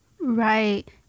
Right